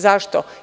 Zašto?